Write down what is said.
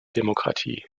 demokratie